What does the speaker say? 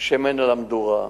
שמן למדורה.